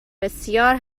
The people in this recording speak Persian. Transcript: بسیار